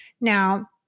Now